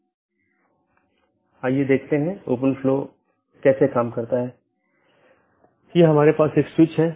क्योंकि जब यह BGP राउटर से गुजरता है तो यह जानना आवश्यक है कि गंतव्य कहां है जो NLRI प्रारूप में है